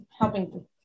helping